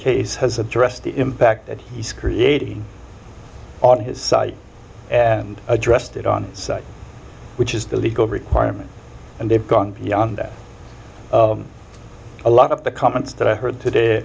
case has addressed the impact that he's created on his site and addressed it on site which is the legal requirement and they've gone beyond that a lot of the comments that i heard today